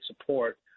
support